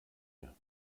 mir